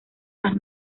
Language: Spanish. los